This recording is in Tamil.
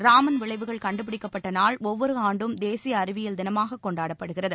ராமன் விளைவுகள் கண்டுபிடிக்கப்பட்ட நாள் ஒவ்வொரு ஆண்டும் தேசிய அறிவியல் தினமாக கொண்டாடப்படுகிறது